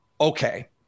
okay